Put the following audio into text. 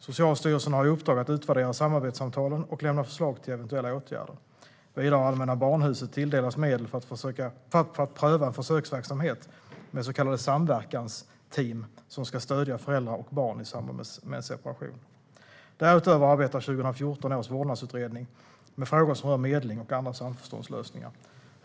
Socialstyrelsen har i uppdrag att utvärdera samarbetssamtalen och lämna förslag till eventuella åtgärder. Vidare har Allmänna barnhuset tilldelats medel för att pröva en försöksverksamhet med så kallade samverkansteam som ska stödja föräldrar och barn i samband med en separation. Därutöver arbetar 2014 års vårdnadsutredning med frågor som rör medling och andra samförståndslösningar.